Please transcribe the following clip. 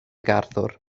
garddwr